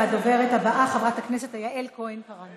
הדוברת הבאה, חברת הכנסת יעל כהן-פארן.